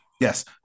Yes